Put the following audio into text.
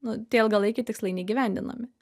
nu tie ilgalaikiai tikslai neįgyvendinami